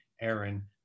Aaron